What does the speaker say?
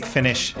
Finish